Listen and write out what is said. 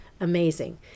amazing